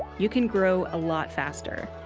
you can grow a lot faster.